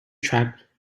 trap